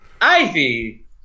Ivy